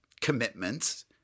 commitments